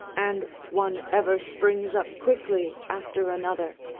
and one ever springs up quickly after another,